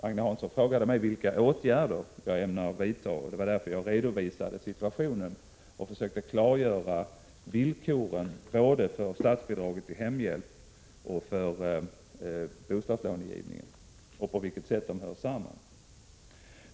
Agne Hansson frågade mig vilka åtgärder jag ämnar vidta, och det var därför jag redovisade situationen och försökte klargöra villkoren både för statsbidraget till hemhjälp och för bostadslånegivningen samt på vilket sätt dessa villkor hör samman.